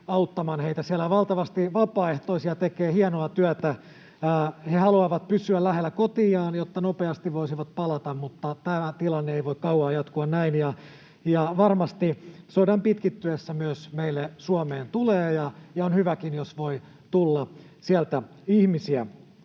auttamaan heitä. Siellä on valtavasti vapaaehtoisia, tekevät hienoa työtä. He haluavat pysyä lähellä kotiaan, jotta nopeasti voisivat palata, mutta tämä tilanne ei voi kauaa jatkua näin. Varmasti sodan pitkittyessä myös meille Suomeen tulee — ja on hyväkin, jos voi tulla — sieltä ihmisiä.